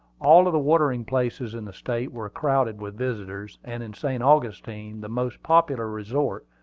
all the watering-places in the state were crowded with visitors, and in st. augustine, the most popular resort,